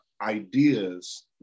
ideas